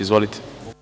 Izvolite.